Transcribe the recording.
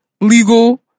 legal